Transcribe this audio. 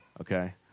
Okay